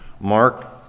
Mark